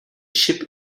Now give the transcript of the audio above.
ship